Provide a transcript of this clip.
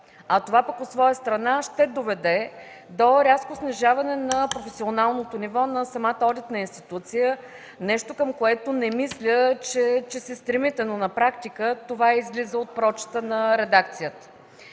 Това пък от своя страна ще доведе до рязко снижаване на професионалното ниво на самата одитна институция – нещо, към което не мисля, че се стремите, но на практика това излиза от прочита на редакцията.